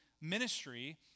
ministry